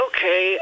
Okay